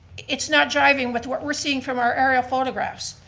it's not driving with what we're seeing from our aerial photographs,